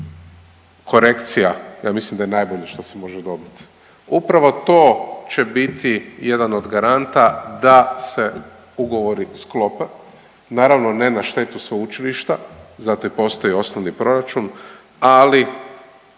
proveksivna korekcija, ja mislim da je najbolje što se može dobiti. Upravo to će biti jedan od garanta da se ugovori sklope, naravno ne na štetu sveučilišta, zato i postoji osnovni proračun, ali